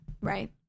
right